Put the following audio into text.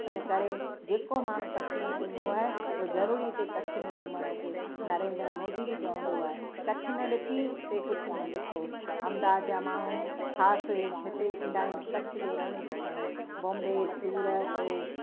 इन करे जेको माण्हू कच्छ में न घुमियो आहे हू जरूरी हिते कच्छ में घुमण अचे नरेन्द्र मोदी बि चवंदो आहे कच्छ न ॾिठी ते कुझु न ॾिठो अहमदाबाद जा माण्हू ख़ासि हिते ईंदा आहिनि कच्छ जो रण ॾिसण मुम्बई सूरत